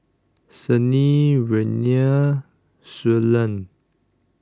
Sannie Reina Suellen